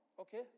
Okay